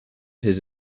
his